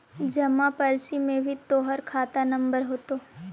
जमा पर्ची में भी तोहर खाता नंबर होतो